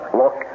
look